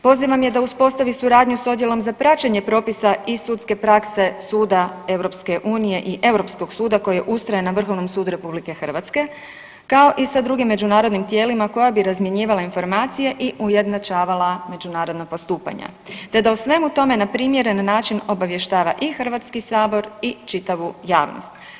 Pozivam da uspostavi suradnju s odjelom za praćenje propisa i sudske prakse suda EU i Europskog suda koji je ustrojen na Vrhovnom sudu RH kao i sa drugim međunarodnim tijelima koja bi razmjenjivala informacije i ujednačavala međunarodna postupanja te da o svemu tome na primjeren način obavještava i Hrvatski sabor i čitavu javnost.